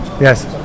Yes